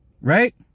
Right